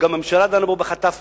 וגם הממשלה דנה בו בחטף,